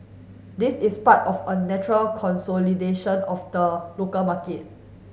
this is part of a natural consolidation of the local market